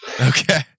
Okay